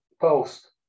post